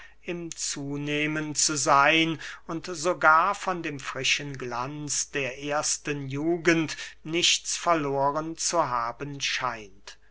im zunehmen zu seyn und sogar von dem frischen glanz der ersten jugend nichts verloren zu haben scheint